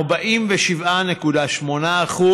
ירד ל-47.8%,